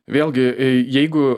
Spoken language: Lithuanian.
vėlgi jeigu